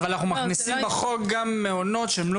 אנחנו בחוק מכניסים גם מעונות שהם לא